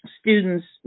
students